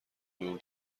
نور